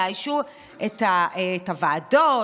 יאיישו את הוועדות,